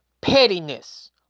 pettiness